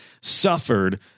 suffered